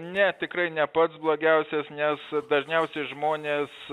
ne tikrai ne pats blogiausias nes dažniausiai žmonės